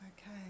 Okay